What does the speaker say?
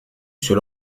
sous